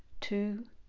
two